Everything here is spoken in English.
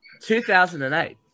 2008